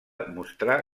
mostrà